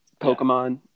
Pokemon